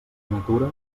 natura